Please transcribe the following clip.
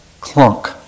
clunk